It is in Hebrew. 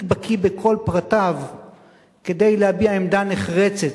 בקי בכל פרטיו כדי להביע עמדה נחרצת,